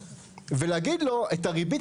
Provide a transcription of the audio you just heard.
ולהגיד לו שאת הריבית,